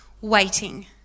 waiting